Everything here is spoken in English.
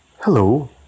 Hello